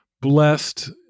blessed